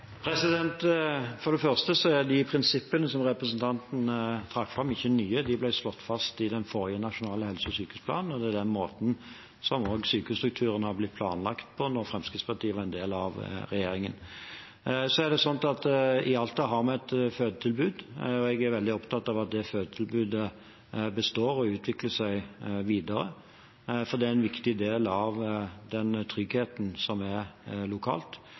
For det første er de prinsippene som representanten trakk fram, ikke nye. De ble slått fast i forrige nasjonale helse- og sykehusplan, og det er den måten sykehusstrukturen ble planlagt på også da Fremskrittspartiet var en del av regjeringen. Det er sånn at i Alta har man et fødetilbud, og jeg er veldig opptatt av at det fødetilbudet består og utvikles videre, for det er en viktig del av den tryggheten som er lokalt.